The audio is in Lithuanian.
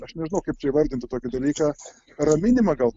aš nežinau kaip čia įvardinti tokį dalyką raminimą gal